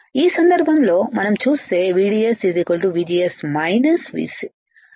ఈ సందర్భంలో మనం చూస్తే VDS VGS VC